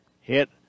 hit